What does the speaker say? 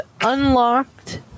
unlocked